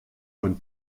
man